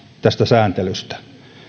tästä sääntelystä